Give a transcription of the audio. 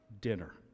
dinner